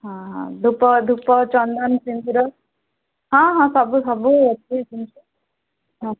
ହଁ ହଁ ଧୂପ ଧୂପ ଚନ୍ଦନ ସିନ୍ଦୂର ହଁ ହଁ ସବୁ ସବୁ ଅଛି ଜିନିଷ ହଁ